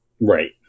Right